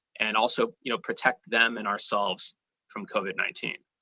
and also you know protect them and ourselves from covid nineteen.